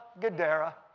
Gadara